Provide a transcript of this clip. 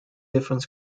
different